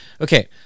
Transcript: Okay